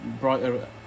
brighter